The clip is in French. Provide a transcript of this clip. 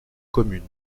commune